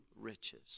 riches